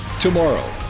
tomorrow.